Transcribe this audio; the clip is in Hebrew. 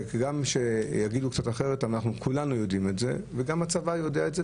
וכאלה שיגידו אחרת כולם יודעים את זה וגם הצבא יודע את זה,